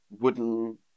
wooden